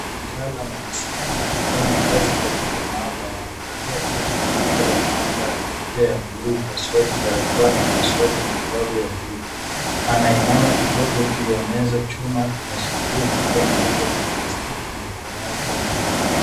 Mtaalamu anasimama akifanya kazi katika maabara amevalia koti jeupe la maabara, kofia ya buluu ya upasuaji barakoa ya upasuaji na glavu ya buluu. Anainama kidogo juu ya meza chuma inashikilia chupa nyeupe la plastiki na mikono yake miwili.